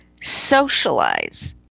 socialize